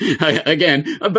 again